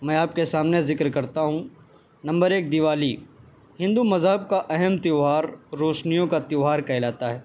میں آپ کے سامنے ذکر کرتا ہوں نمبر ایک دیوالی ہندو مذہب کا اہم تہوار روشنیوں کا تہوار کہلاتا ہے